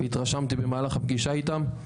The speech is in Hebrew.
התרשמתי במהלך הפגישה איתם,